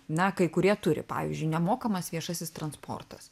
na kai kurie turi pavyzdžiui nemokamas viešasis transportas